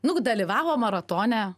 nu dalyvavo maratone